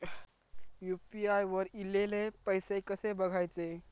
UPI वर ईलेले पैसे कसे बघायचे?